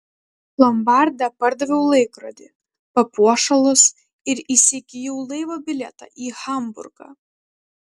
lombarde pardaviau laikrodį papuošalus ir įsigijau laivo bilietą į hamburgą